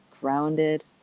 grounded